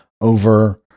over